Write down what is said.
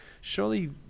surely